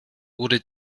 wurde